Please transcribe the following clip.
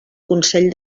consell